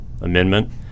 amendment